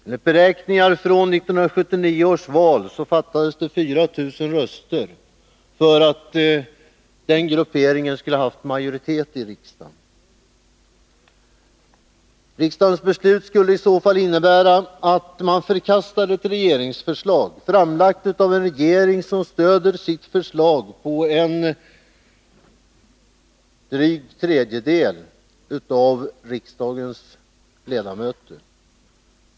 Enligt beräkningar från 1979 års val fattades det 4 000 röster för att den grupperingen skulle ha fått majoritet i riksdagen. Riksdagens beslut skulle, om en sådan majoritetsgruppering hade stått bakom det, innebära att man förkastade ett regeringsförslag, framlagt av en regering som stödjer sitt förslag på en dryg tredjedel av riksdagens ledamöter.